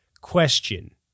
question